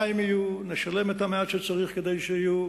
מים יהיו, נשלם את המעט שצריך כדי שיהיו,